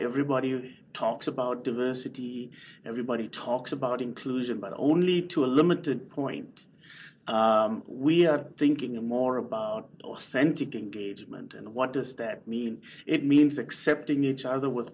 everybody talks about diversity everybody talks about inclusion but only to a limited point we are thinking a more about authentic engagement and what does that mean it means accepting each other with